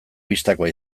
bistakoa